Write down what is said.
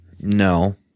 No